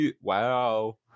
wow